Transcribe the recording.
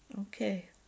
okay